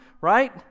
right